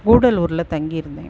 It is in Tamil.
கூடலூரில் தங்கியிருந்தேன்